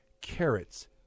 carrots